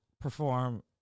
perform